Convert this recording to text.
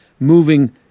moving